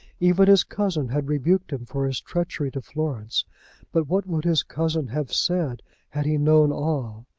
even his cousin had rebuked him for his treachery to florence but what would his cousin have said had he known all?